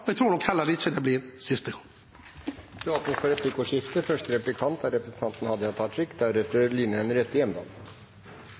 Jeg tror heller ikke det blir siste. Det åpnes for replikkordskifte.